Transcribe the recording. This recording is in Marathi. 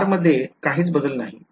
r मध्ये काहीच बदल नाही